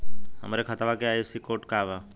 हमरे खतवा के आई.एफ.एस.सी कोड का बा?